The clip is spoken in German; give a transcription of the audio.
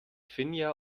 finja